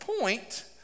point